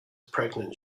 pregnant